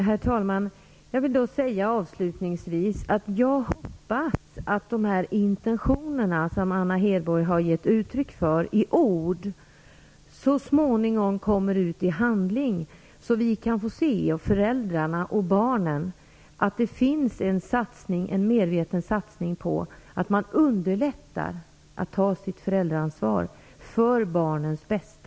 Herr talman! Jag vill avslutningsvis säga att jag hoppas att de intentioner som Anna Hedborg har gett uttryck för i ord så småningom kommer ut i handling, så att vi kan få se att det finns en medveten satsning på att underlätta när det gäller att ta ett föräldraansvar för barnens bästa.